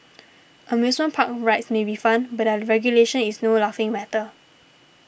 amusement park rides may be fun but their regulation is no laughing matter